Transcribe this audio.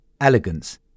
elegance